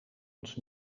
ons